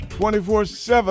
24-7